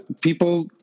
People